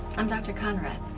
i'm dr. conrad.